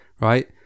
right